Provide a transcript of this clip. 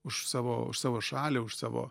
už savo už savo šalį už savo